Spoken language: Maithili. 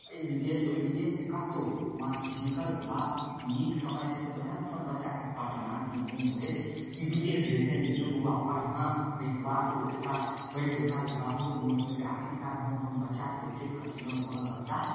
एहि विदेश ओहि विदेश कतहु मास्टर जिनकर बाप नीक कमाइ छथिन वएह ने अपन बच्चाके पटना कि मुम्बइ कि विदेश भेजतनि जो बौआ पढ़िहेँ ताहिके बाद ओ अएताइ पढ़िके अएताह तऽ बापोके मोन खुश आखिरकार हम अपन बच्चापर एतेक खरच कएलहुँ तऽ हमर बच्चा